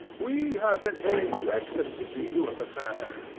we have been hearing gregson's view of the matter,